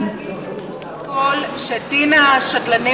את יכולה להגיד לפרוטוקול שדין השדלנים